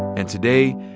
and today,